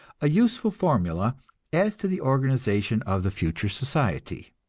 a useful formula as to the organization of the future society.